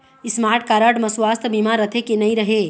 Smart card म सुवास्थ बीमा रथे की नई रहे?